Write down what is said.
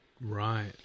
Right